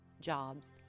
jobs